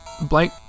Blake